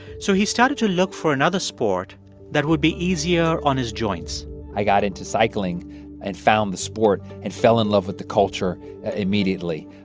so he started to look for another sport that would be easier on his joints i got into cycling and found the sport and fell in love with the culture immediately.